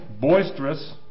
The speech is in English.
boisterous